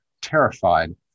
terrified